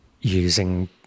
using